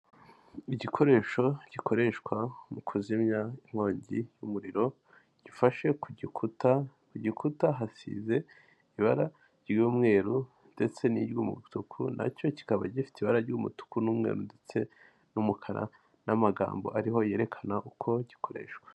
Igikoresho gikoreshwa mu kuzimya inkongi y'umuriro gifashe ku gikuta, ku gikuta hasize ibara ry'umweru ndetse n'iry'umutuku nacyo kikaba gifite ibara ry'umutuku n'umweru ndetse n'umukara n'amagambo ariho yerekana uko gikoreshwa.